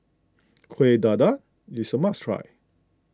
Kuih Dadar is a must try